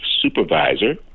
supervisor